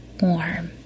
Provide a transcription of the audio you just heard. warm